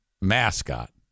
mascot